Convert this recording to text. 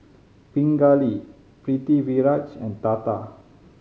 Pingali Pritiviraj and Tata